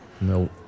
No